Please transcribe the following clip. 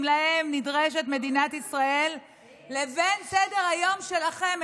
שלהם נדרשת מדינת ישראל לבין סדר-היום שלכם,